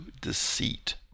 deceit